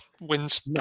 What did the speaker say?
wins